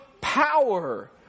power